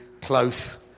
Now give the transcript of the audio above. close